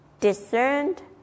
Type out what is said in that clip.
discerned